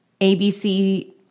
ABC